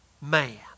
man